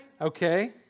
Okay